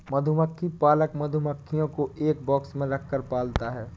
मधुमक्खी पालक मधुमक्खियों को एक बॉक्स में रखकर पालता है